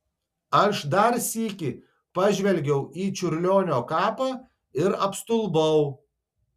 aš dar sykį pažvelgiau į čiurlionio kapą ir apstulbau